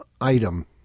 item